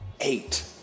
Eight